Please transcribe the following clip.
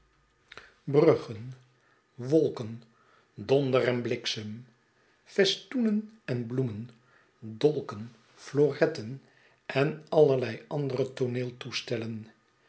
bruggen wolken donder en bliksem festoenen en bloemen dolken floretten en allerlei andere tooneeltoestellen